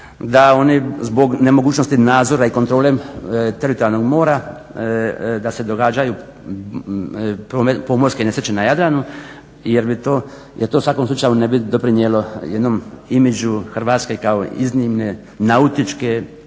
da oni zbog nemogućnosti nadzora i kontrole teritorijalnog mora da se događaju pomorske nesreće na Jadranu jer bi to, jer to u svakom slučaju ne bi doprinijelo jednom imageu Hrvatske kao iznimne nautičke,